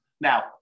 Now